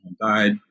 died